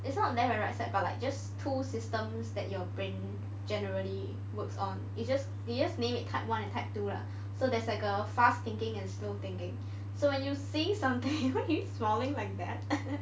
it's not left and right side but like just two systems that your brain generally works on it's just we just name it type one and type two lah so there's like a fast thinking and slow thinking so when you say something why are you smiling like that